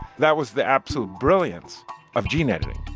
that was the absolute brilliance of gene editing.